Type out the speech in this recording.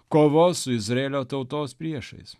kovos su izraelio tautos priešais